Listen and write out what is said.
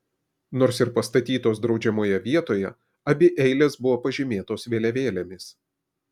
nors ir pastatytos draudžiamoje vietoje abi eilės buvo pažymėtos vėliavėlėmis